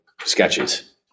sketches